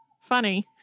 funny